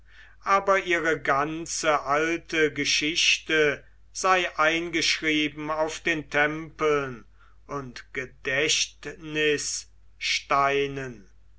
aber ihre ganze alte geschichte sei eingeschrieben auf den tempeln und gedächtnissteinen